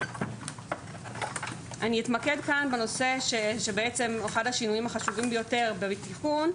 אני אתמקד באחד השינויים החשובים ביותר בתיקון,